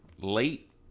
late